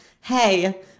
Hey